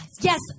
Yes